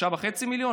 6.5 מיליונים.